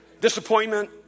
disappointment